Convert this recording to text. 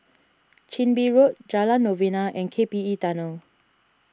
Chin Bee Road Jalan Novena and K P E Tunnel